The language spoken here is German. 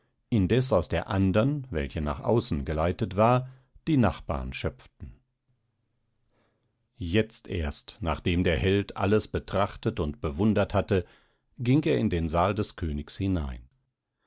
indes aus der andern welche nach außen geleitet war die nachbarn schöpften jetzt erst nachdem der held alles betrachtet und bewundert hatte ging er in den saal des königs hinein